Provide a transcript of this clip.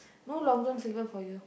no Long-John-Silver for you